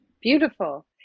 Beautiful